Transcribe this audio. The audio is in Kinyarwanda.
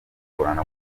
kugorana